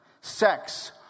Sex